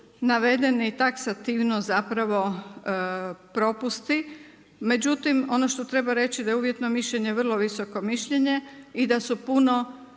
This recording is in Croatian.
navedeni taksativno zapravo propusti. Međutim ono što treba reći da je uvjetno mišljenje vrlo visoko mišljenje i da je puno